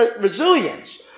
resilience